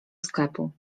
sklepu